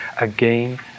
again